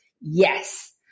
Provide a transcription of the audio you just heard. Yes